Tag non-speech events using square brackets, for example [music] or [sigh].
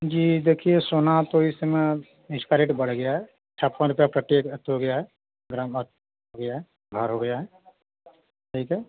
जी देखिए सोना तो इस समय इसका रेट बढ़ गया है छप्पन रुपये प्रति [unintelligible] ग्राम भार हो गया है भार हो गया है ठीक है